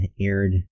aired